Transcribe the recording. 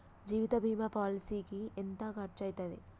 జీవిత బీమా పాలసీకి ఎంత ఖర్చయితది?